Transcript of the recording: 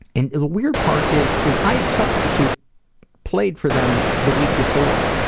and the weird part is is i had substitute played for them the week before.